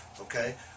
okay